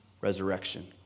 resurrection